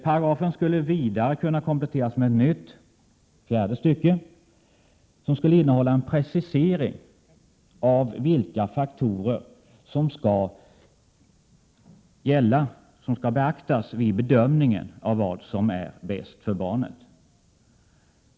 Paragrafen skulle vidare kunna kompletteras med ett nytt fjärde stycke, som skulle innehålla en precisering av vilka faktorer som skall beaktas vid bedömningen av vad som är bäst för barnet.